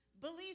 Believe